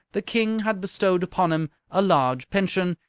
the king had bestowed upon him a large pension,